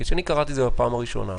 כשאני קראתי את זה בפעם הראשונה,